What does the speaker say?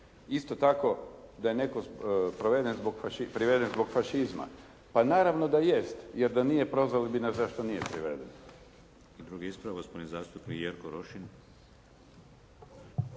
Isto tako, da je netko priveden zbog fašizma, pa naravno da jest, jer da nije prozvali bi nas zašto nije priveden. **Šeks, Vladimir (HDZ)** Drugi ispravak. Gospodin zastupnik Jerko Rošin.